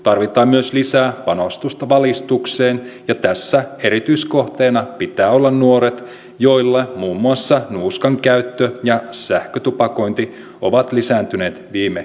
tarvitaan myös lisää panostusta valistukseen ja tässä erityiskohteena pitää olla nuoret joilla muun muassa nuuskan käyttö ja sähkötupakointi ovat lisääntyneet viime vuosina